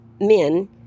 men